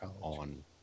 On